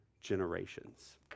generations